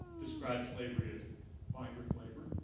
describes slavery as migrant labor.